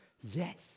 yes